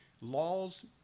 laws